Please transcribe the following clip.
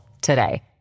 today